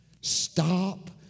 Stop